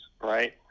right